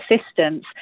assistance